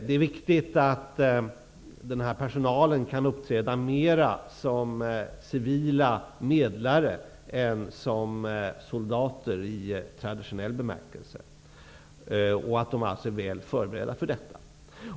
Det är viktigt att den här personalen mer kan få uppträda som civila medlare än som soldater i traditionell bemärkelse och att man är väl förberedd för detta.